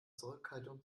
zurückhaltung